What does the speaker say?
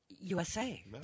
usa